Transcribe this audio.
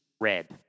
Red